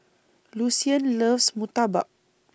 Lucien loves Murtabak